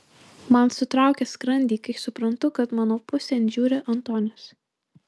man sutraukia skrandį kai suprantu kad mano pusėn žiūri antonis